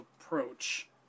approach